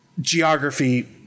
geography